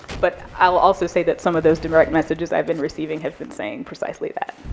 but i'll also say that some of those direct messages i've been receiving have been saying precisely that.